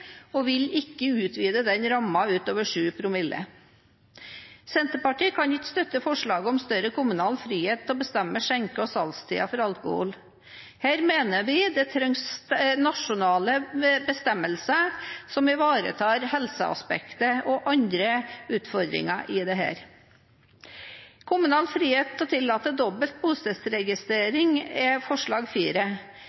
og vil ikke utvide den rammen utover sju promille. Senterpartiet kan ikke støtte forslaget om større kommunal frihet til å bestemme skjenke- og salgstider for alkohol. Her mener vi det trengs nasjonale bestemmelser som ivaretar helseaspektet og andre utfordringer på dette området. Kommunal frihet til å tillate